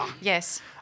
Yes